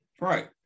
Right